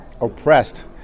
oppressed